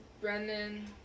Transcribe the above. Brendan